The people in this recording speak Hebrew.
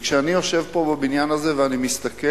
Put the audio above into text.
וכשאני יושב פה בבניין הזה ומסתכל,